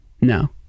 no